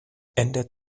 ändert